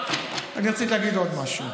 עכשיו אני רוצה להגיד עוד משהו.